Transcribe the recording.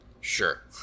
Sure